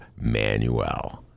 Manuel